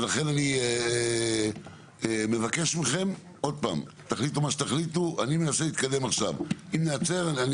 אני מבקש מכם להתקדם, אם נעצר זה